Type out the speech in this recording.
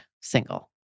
single